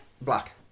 Black